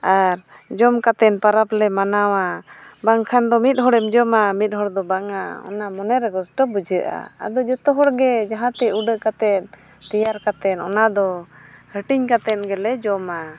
ᱟᱨ ᱡᱚᱢ ᱠᱟᱛᱮᱫ ᱯᱚᱨᱚᱵᱽ ᱞᱮ ᱢᱟᱱᱟᱣᱟ ᱵᱟᱝᱠᱷᱟᱱ ᱫᱚ ᱢᱤᱫ ᱦᱚᱲᱮᱢ ᱡᱚᱢᱟ ᱢᱤᱫ ᱦᱚᱲ ᱫᱚ ᱵᱟᱝᱟ ᱚᱱᱟ ᱢᱚᱱᱮ ᱨᱮ ᱠᱚᱥᱴᱚ ᱵᱩᱡᱷᱟᱹᱜᱼᱟ ᱟᱫᱚ ᱡᱚᱛᱚ ᱦᱚᱲᱜᱮ ᱡᱟᱦᱟᱸ ᱛᱮ ᱩᱰᱟᱹ ᱠᱟᱛᱮᱫ ᱛᱮᱭᱟᱨ ᱠᱟᱛᱮᱫ ᱚᱱᱟᱫᱚ ᱦᱟᱹᱴᱤᱧ ᱠᱟᱛᱮᱫ ᱜᱮᱞᱮ ᱡᱚᱢᱟ